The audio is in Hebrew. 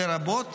לרבות